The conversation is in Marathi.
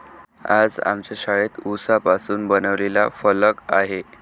आज आमच्या शाळेत उसापासून बनवलेला फलक आहे